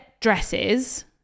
dresses